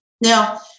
Now